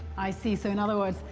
i see, so in other words,